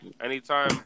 Anytime